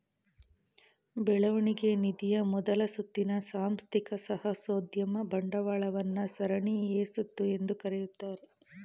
ಬೆಳವಣಿಗೆ ನಿಧಿಯ ಮೊದಲ ಸುತ್ತಿನ ಸಾಂಸ್ಥಿಕ ಸಾಹಸೋದ್ಯಮ ಬಂಡವಾಳವನ್ನ ಸರಣಿ ಎ ಸುತ್ತು ಎಂದು ಕರೆಯುತ್ತಾರೆ